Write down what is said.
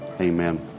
Amen